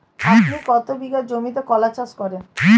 আপনি কত বিঘা জমিতে কলা চাষ করেন?